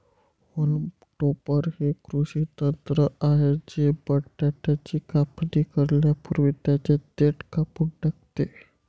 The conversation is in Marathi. होल्म टॉपर हे एक कृषी यंत्र आहे जे बटाट्याची कापणी करण्यापूर्वी त्यांची देठ कापून टाकते